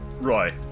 Roy